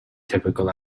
typical